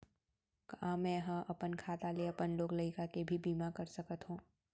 का मैं ह अपन खाता ले अपन लोग लइका के भी बीमा कर सकत हो